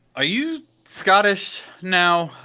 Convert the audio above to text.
are you. scottish now?